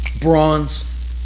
Bronze